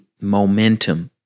momentum